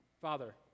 Father